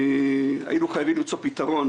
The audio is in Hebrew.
היינו חייבים למצוא פתרון